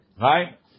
Right